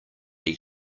eat